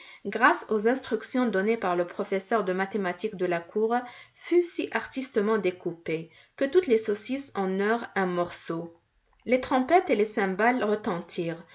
grâce aux instructions données par le professeur de mathématiques de la cour fut si artistement découpé que toutes les saucisses en eurent un morceau les trompettes et les cymbales retentirent